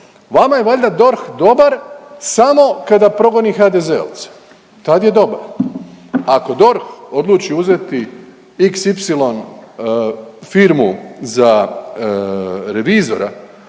Vama je valjda DORH dobar samo kada progoni HDZ-ovce, tad je dobar. Ako DORH odluči uzeti XY firmu za revizora